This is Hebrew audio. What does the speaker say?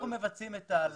מבצעים את ההעלאה.